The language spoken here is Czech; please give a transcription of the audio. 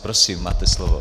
Prosím, máte slovo.